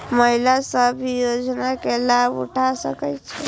महिला सब भी योजना के लाभ उठा सके छिईय?